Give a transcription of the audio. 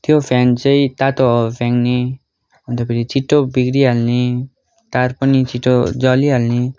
त्यो फ्यान चाहिँ तातो हावा फ्याँक्ने अन्त फेरि छिटो बिग्रिहाल्ने तार पनि छिटो जलिहाल्ने